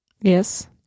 Yes